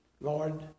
Lord